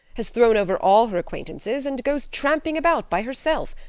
has thrown over all her acquaintances, and goes tramping about by herself,